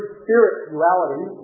spirituality